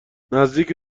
نزدیک